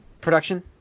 production